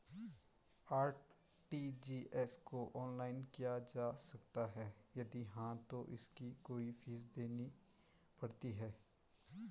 RTGS को online किया जा सकता है यदि हाँ तो इसकी कोई फीस देनी पड़ती है?